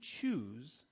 choose